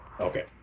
Okay